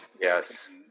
Yes